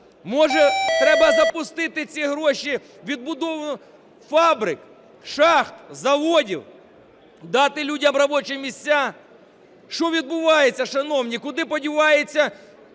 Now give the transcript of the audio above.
Може треба запустити ці гроші на відбудову фабрик, шахт, заводів, дати людям робочі місця? Що відбувається, шановні? Куди діваються